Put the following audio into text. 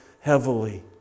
heavily